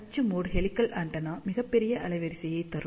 அச்சு mode helical antenna மிகப் பெரிய அலைவரிசையை தரும்